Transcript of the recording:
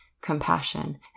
compassion